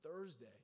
Thursday